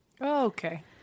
Okay